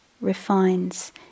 refines